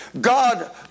God